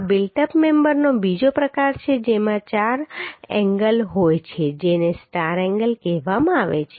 આ built up મેમ્બરનો બીજો પ્રકાર છે જેમાં 4 એંગલ હોય છે જેને સ્ટાર એન્ગલ કહેવામાં આવે છે